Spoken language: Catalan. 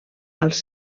als